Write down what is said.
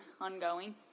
ongoing